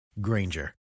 Granger